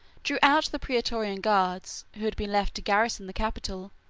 drew out the praetorian guards, who had been left to garrison the capital,